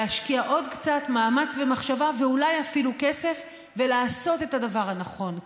להשקיע עוד קצת מאמץ ומחשבה ואולי אפילו כסף ולעשות את הדבר הנכון,